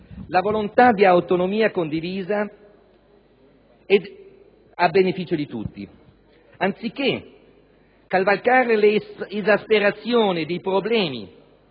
la volontà di autonomia condivisa a beneficio di tutti. Anziché cavalcare le esasperazioni ed i problemi